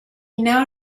now